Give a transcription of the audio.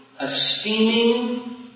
esteeming